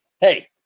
Hey